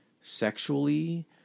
sexually